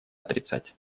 отрицать